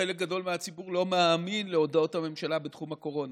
חלק גדול מהציבור לא מאמין להודעות הממשלה בתחום הקורונה.